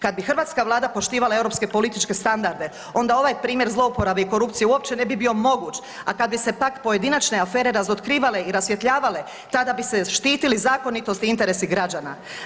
Kada bi hrvatska Vlada poštivala europske političke standarde onda ovaj primjer zlouporabe i korupcije uopće ne bi bio moguć, a kada bi se pak pojedinačne afere razotkrivale i rasvjetljavale tada bi se štitili zakonitost i interesi građana.